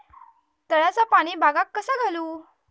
तळ्याचा पाणी बागाक कसा घालू?